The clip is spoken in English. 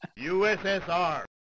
USSR